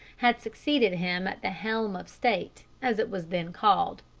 had succeeded him at the helm of state, as it was then called.